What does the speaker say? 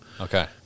Okay